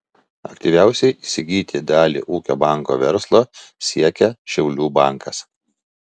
aktyviausiai įsigyti dalį ūkio banko verslo siekia šiaulių bankas